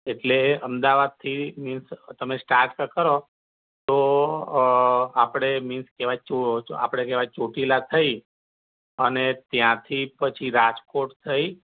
એટલે અમદાવાદથી મીન્સ તમે સ્ટાર્ટ કરો તો અઅ આપણે મીન્સ કહેવાય ચો આપણે કહેવાય ચોટીલા થઈ અને ત્યાંથી પછી રાજકોટ થઈ